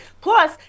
Plus